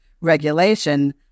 regulation